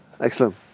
Excellent